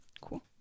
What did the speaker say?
Cool